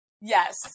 yes